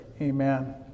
Amen